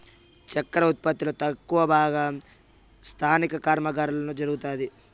చక్కర ఉత్పత్తి లో ఎక్కువ భాగం స్థానిక కర్మాగారాలలోనే జరుగుతాది